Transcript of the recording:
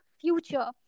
future